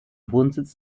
wohnsitz